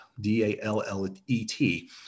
D-A-L-L-E-T